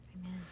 Amen